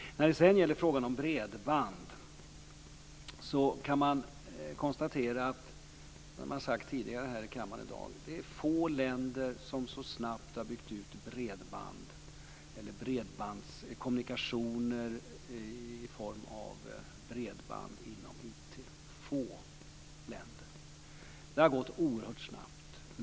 När det sedan gäller frågan om bredband kan man konstatera, och det har sagts tidigare här i kammaren i dag, att det är få länder som så snabbt har byggt ut bredbandskommunikationer inom IT som Sverige - få länder. Det har gått oerhört snabbt.